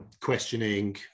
questioning